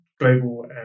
global